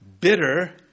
bitter